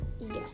Yes